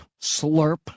slurp